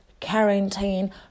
quarantine